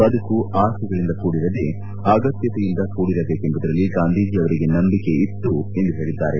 ಬದುಕು ಆಸೆಗಳಿಂದ ಕೂಡಿರದೆ ಅಗತ್ಯತೆಯಿಂದ ಕೂಡಿರದೇಕೆಂಬುದರಲ್ಲಿ ಗಾಂಧೀಜಿ ಅವರಿಗೆ ನಂಬಿಕೆ ಇತ್ತು ಎಂದು ಹೇಳಿದ್ದಾರೆ